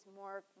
more